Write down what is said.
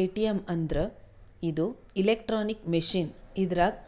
ATM ಅಂದ್ರ ಇದು electronic machine ಇದ್ರಾಗ್